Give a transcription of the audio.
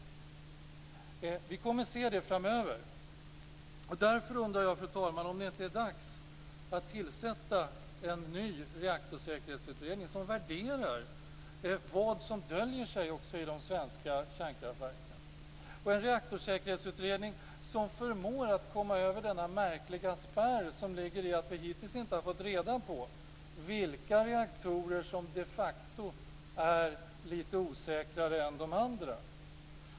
Det kommer vi att se framöver. Därför undrar jag om det inte är dags att tillsätta en ny reaktorsäkerhetsutredning som värderar det som döljer sig i de svenska kärnkraftverken, en reaktorsäkerhetsutredning som förmår att komma över denna märkliga spärr som innebär att vi hittills inte har fått reda på vilka reaktorer som de facto är litet osäkrare än de andra.